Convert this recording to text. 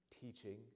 teaching